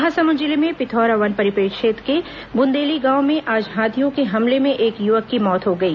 महासमुंद जिले में पिथौरा वन परिक्षेत्र के बुंदेली गांव में आज हाथियों के हमले में एक य्वक की मौत हो गई